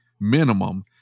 minimum